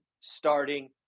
starting